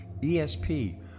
ESP